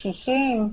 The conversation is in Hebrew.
קשישים?